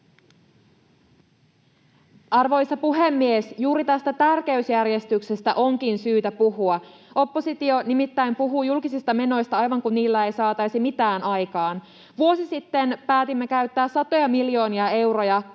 Arvoisa puhemies! Juuri tästä tärkeysjärjestyksestä onkin syytä puhua. Oppositio nimittäin puhuu julkisista menoista aivan kuin niillä ei saataisi mitään aikaan. Vuosi sitten päätimme käyttää satoja miljoonia euroja